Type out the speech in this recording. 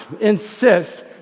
insist